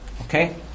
Okay